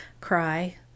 cry